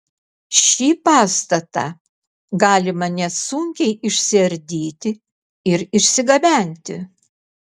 šį pastatą galima nesunkiai išsiardyti ir išsigabenti